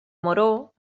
moró